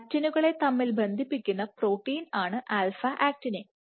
ആക്റ്റിനുകളെ തമ്മിൽ ബന്ധിപ്പിക്കുന്ന പ്രോട്ടീൻ ആണ് ആൽഫ ആക്റ്റിനിൻ α Actinin